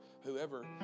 whoever